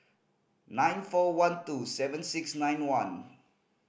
nine four one two seven six nine one